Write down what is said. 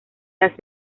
las